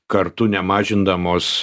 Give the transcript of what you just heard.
kartu nemažindamos